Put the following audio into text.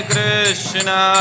Krishna